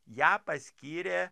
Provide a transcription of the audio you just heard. ją paskyrė